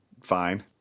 fine